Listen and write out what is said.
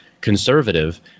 conservative